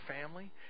family